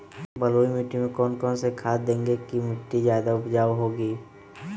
बलुई मिट्टी में कौन कौन से खाद देगें की मिट्टी ज्यादा उपजाऊ होगी?